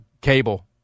cable